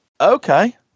Okay